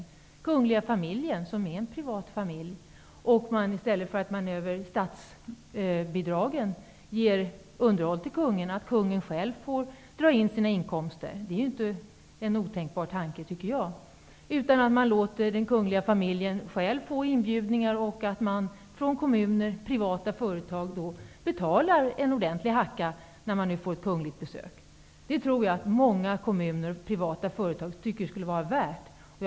Den kungliga familjen är en privat familj. I stället för att ge underhåll till kungen via statsbidrag skulle kungen själv få dra in sina inkomster. Jag tycker inte att det skulle vara otänkbart. Den kungliga familjen skulle själv få inbjudningar, och kommuner och privata företag som får kungligt besök kan betala en ordentlig hacka. Jag tror att många kommuner och privata företag tycker att det skulle vara värt att betala för.